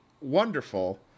wonderful